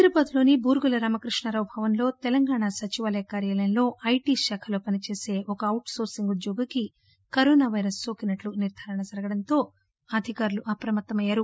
హైదరాబాద్ లోని బూర్గుల రామకృష్ణారావు భవన్ లో తెలంగాణ సచివాలయ కార్యాలయంలో ఐటీ శాఖలో పనిచేసే ఒక ఔట్ సోర్పింగ్ ఉద్యోగికి కరోనా పైరస్ నోకినట్లు నిర్దారణ జరగడంతో అధికారులు అప్రమత్తమయ్యారు